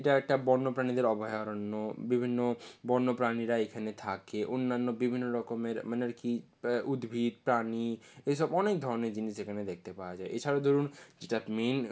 এটা একটা বন্য প্রাণীদের অভয়ারণ্য বিভিন্ন বন্য প্রাণীরা এইখানে থাকে অন্যান্য বিভিন্ন রকমের মানে আর কি উদ্ভিদ প্রাণী এই সব অনেক ধরনের জিনিস এখানে দেখতে পাওয়া যায় এছাড়া ধরুন যেটা মেন